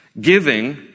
Giving